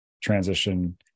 transition